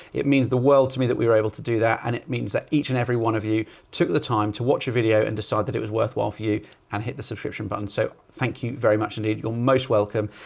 it means the world to me that we were able to do that. and it means that each and every one of you took the time to watch a video and decide that it was worthwhile for you and hit the subscription button. so thank you very much indeed. you're most welcome.